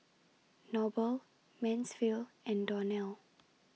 Noble Mansfield and Donnell